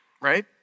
Right